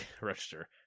register